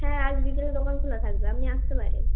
হ্যাঁ আজ বিকেলে দোকান খোলা থাকবে আপনি আসতে পারেন